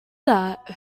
that